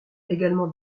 également